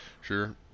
sure